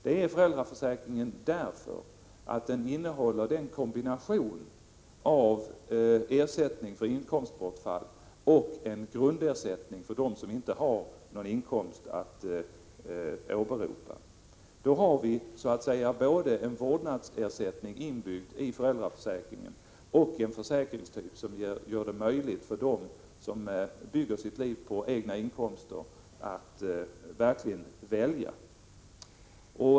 Det är den därför att den innehåller en kombination av ersättning för inkomstbortfall och grundersättning för dem som inte har någon inkomst att åberopa. Vi har så att säga en vårdnadsersättning inbyggd i föräldraförsäkringen, samtidigt som det är en försäkringstyp som gör det möjligt för dem som bygger sitt liv på egna inkomster att verkligen välja.